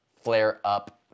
flare-up